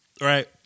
Right